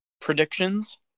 predictions